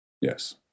yes